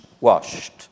washed